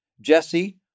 Jesse